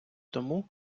тому